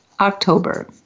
October